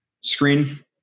Screen